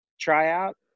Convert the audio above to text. Tryout